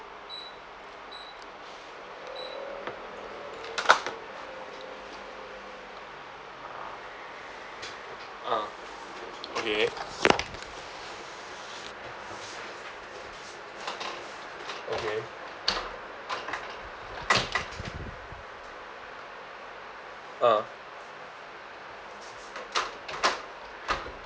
ah okay okay ah